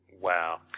Wow